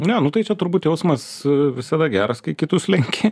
ne nu tai čia turbūt jausmas visada geras kai kitus lenki